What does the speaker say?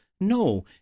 No